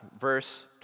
verse